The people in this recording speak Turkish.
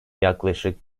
yaklaşık